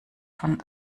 von